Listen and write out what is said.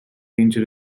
range